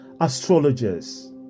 astrologers